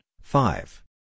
five